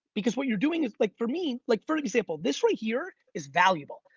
because what you're doing is like for me, like for example, this right here is valuable.